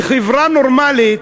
בחברה נורמלית,